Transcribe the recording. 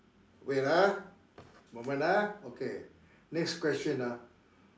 wait ah moment ah okay next question ah